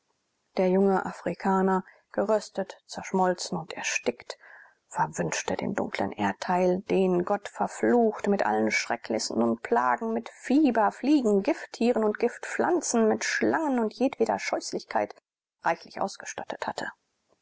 der junge afrikaner geröstet zerschmolzen und erstickt verwünschte den dunklen erdteil den gott verflucht mit allen schrecknissen und plagen mit fieber fliegen gifttieren und giftpflanzen mit schlangen und jedweder scheußlichkeit reich ausgestattet habe